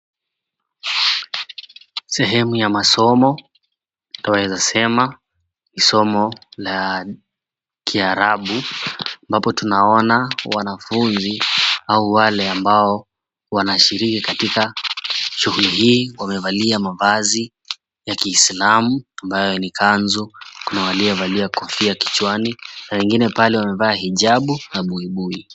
Sehemu ya masomo; twaweza sema ni somo la Kiarabu ambapo tunaona wanafunzi au wale wanashiriki katika shughuli hii wamevalia mavazi ya Kiislamu ambayo ni ka𝑛zu. Kuna waliovalia kofia kichwani na wengine pale wamevaa hijabu na buibui.